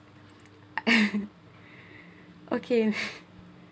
okay